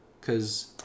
Cause